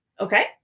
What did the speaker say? Okay